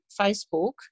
Facebook